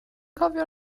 cofio